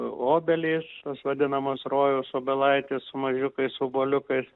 obelys tos vadinamos rojaus obelaitės su mažiukais obuoliukais